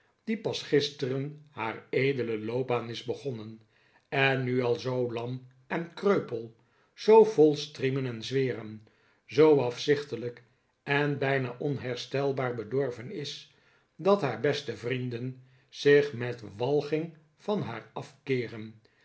die pas gisteren haar edele loopbaan is begonnen en nu al zoo lam en kreupel zoo vol striemen en zweren zoo afzichtelijk en bijna onherstelbaar bedorven is dat haar beste vrienden zich met walging van haar afkeeren